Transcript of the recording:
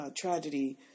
tragedy